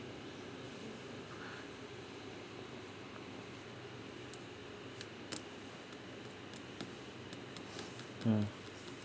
mm